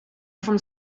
forms